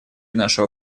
нашего